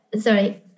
sorry